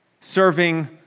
serving